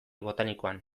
botanikoan